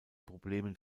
problemen